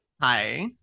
Hi